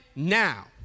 now